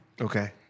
Okay